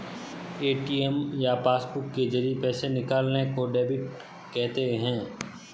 ATM या passbook के जरिये पैसे निकालने को डेबिट कहते हैं